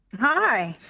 Hi